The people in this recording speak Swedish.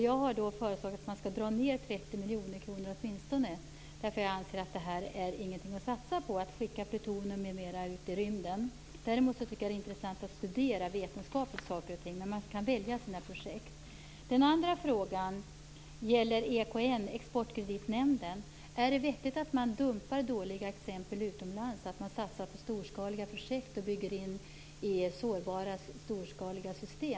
Jag har då föreslagit att detta skall dras ned med åtminstone 30 miljoner kronor, därför att jag anser att det inte är någonting att satsa på att skicka plutonium m.m. ut i rymden. Däremot är det intressant att studera saker och ting vetenskapligt, men man kan välja sina projekt. Det gäller för det andra EKN, Exportkreditnämnden. Är det vettigt att man dumpar dåliga exempel utomlands, satsar på storskaliga projekt och bygger in sårbara storskaliga system?